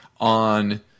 on